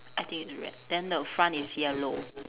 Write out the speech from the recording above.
I think it's red then the front is yellow